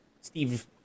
Steve